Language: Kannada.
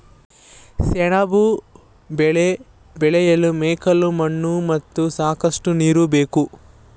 ಸೆಣಬು ಬೆಳೆ ಬೆಳೆಯಲು ಮೆಕ್ಕಲು ಮಣ್ಣು ಮತ್ತು ಸಾಕಷ್ಟು ನೀರು ಬೇಕು